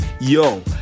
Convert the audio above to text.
yo